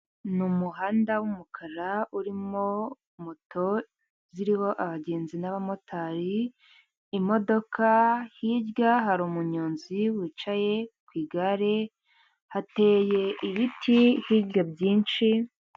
Ni umuhanda w'umukara urimo moto ziriho abagenzi n'abamotari, imodoka, hirya hari umunyonzi wicaye ku igare, hateye ibiti hirya byinshi.